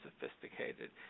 sophisticated